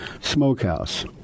Smokehouse